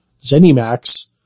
ZeniMax